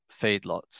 feedlots